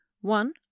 One